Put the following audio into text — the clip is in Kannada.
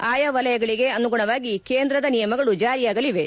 ಆಯಾ ವಲಯಗಳಿಗೆ ಆನುಗುಣವಾಗಿ ಕೇಂದ್ರದ ನಿಯಮಗಳು ಜಾರಿಯಾಗಲಿವೆ